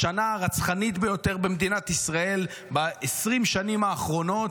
בשנה הרצחנית ביותר במדינת ישראל ב-20 שנים האחרונות,